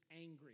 angry